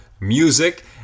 music